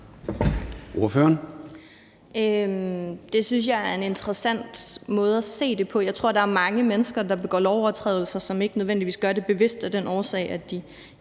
Det synes jeg er en interessant måde at se det på. Jeg tror, der er mange mennesker, der begår lovovertrædelser, og som ikke nødvendigvis gør det bevidst og af den årsag, at de